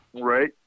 Right